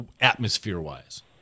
atmosphere-wise